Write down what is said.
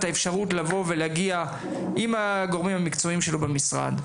עם גורמי המקצוע שלו במשרד,